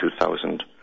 2000